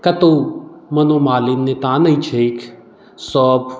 कतहुँ मनोमालीन्यता नहि छै सब